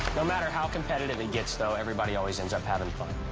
no matter how competitive it gets though, everybody always ends up having fun.